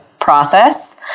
process